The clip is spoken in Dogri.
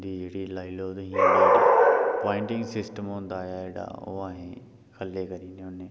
उं दी जेह्ड़ी लाई लैओ तुसीं पोआटिंग सिस्टम होंदा ऐ जेह्ड़ा ओह् अहें थ'ल्लै करी ओड़ने होन्ने